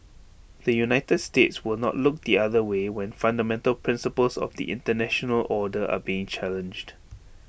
the united states will not look the other way when fundamental principles of the International order are being challenged